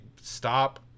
stop –